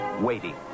waiting